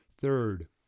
Third